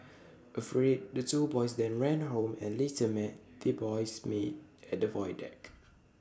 afraid the two boys then ran home and later met the boy's maid at the void deck